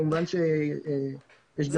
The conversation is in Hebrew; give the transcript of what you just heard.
כמובן שיש מגבלות.